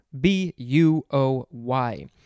B-U-O-Y